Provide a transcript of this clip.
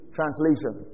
Translation